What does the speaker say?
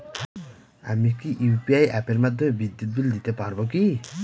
আমি কি ইউ.পি.আই অ্যাপের মাধ্যমে বিদ্যুৎ বিল দিতে পারবো কি?